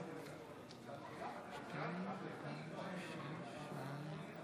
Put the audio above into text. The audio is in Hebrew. הראשונה ותעבור לוועדה